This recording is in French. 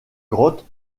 grottes